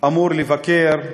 אמור לבקר,